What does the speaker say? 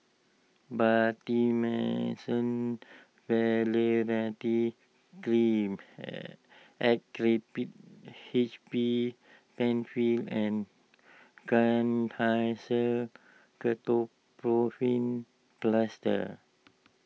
Betamethasone Valerate Cream Actrapid H B Penfill and Kenhancer Ketoprofen Plaster